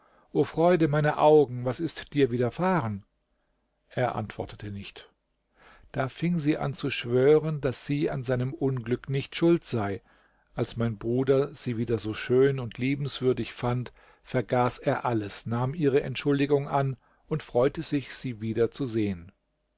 o freude meiner augen was ist dir widerfahren er antwortete nicht da fing sie an zu schwören daß sie an seinem unglück nicht schuld sei als mein bruder sie wieder so schön und liebenswürdig fand vergaß er alles nahm ihre entschuldigung an und freute sich sie wieder zu sehen